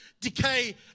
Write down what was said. decay